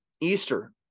Easter